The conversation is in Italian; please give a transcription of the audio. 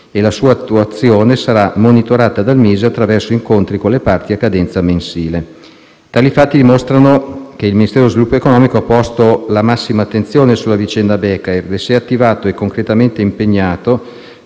e la sua attuazione sarà monitorata dal Ministero dello sviluppo economico attraverso incontri con le parti a cadenza mensile. Tali fatti dimostrano che il Ministero dello sviluppo economico ha posto la massima attenzione sulla vicenda Bekaert e si è attivato e concretamente impegnato